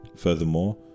Furthermore